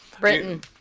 Britain